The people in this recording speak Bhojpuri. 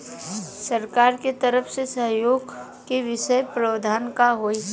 सरकार के तरफ से सहयोग के विशेष प्रावधान का हई?